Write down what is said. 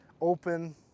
open